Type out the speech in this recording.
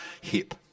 hip